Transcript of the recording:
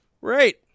Right